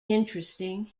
interesting